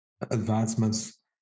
advancements